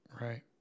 Right